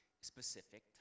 specific